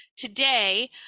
Today